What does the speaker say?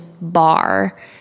bar